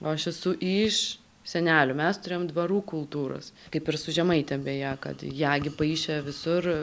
o aš esu iš senelių mes turėjom dvarų kultūros kaip ir su žemaite beje kad ją gi paišė visur